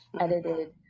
edited